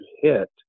hit